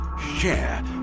share